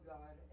God